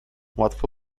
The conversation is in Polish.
łatwo